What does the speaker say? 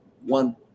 one